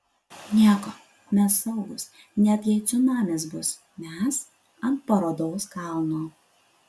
nieko mes saugūs net jei cunamis bus mes ant parodos kalno